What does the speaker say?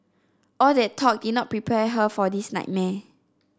all that talk did not prepare her for this nightmare